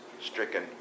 stricken